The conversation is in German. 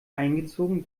eingezogen